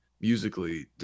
musically